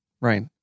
Right